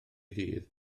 ddydd